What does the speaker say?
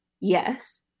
Yes